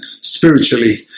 spiritually